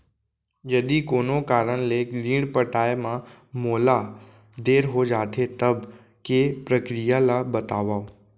यदि कोनो कारन ले ऋण पटाय मा मोला देर हो जाथे, तब के प्रक्रिया ला बतावव